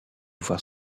voir